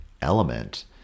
element